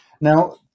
Now